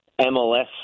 MLS